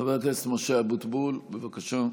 חבר הכנסת משה אבוטבול, בבקשה.